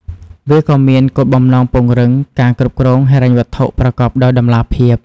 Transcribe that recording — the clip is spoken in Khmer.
វាក៏មានគោលបំណងពង្រឹងការគ្រប់គ្រងហិរញ្ញវត្ថុប្រកបដោយតម្លាភាព។